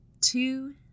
two